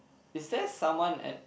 is there someone at